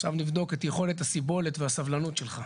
עכשיו נבדוק את יכולת הסיבולת והסבלנות שלך.